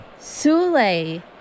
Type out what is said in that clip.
Sule